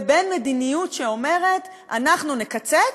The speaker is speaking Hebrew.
ובין מדיניות שאומרת: אנחנו נקצץ,